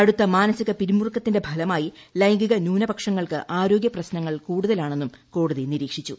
കടുത്ത മാനസിക പിരിമുറക്കത്തിന്റെ ഫലമായി ലൈംഗിക ന്യൂനപക്ഷങ്ങൾക്ക് ആരോഗ്യപ്രശ്നങ്ങൾ കൂടുതലാണെന്നും കോടതി നിരീക്ഷിച്ചു